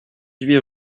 huit